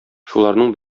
шуларның